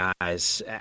guys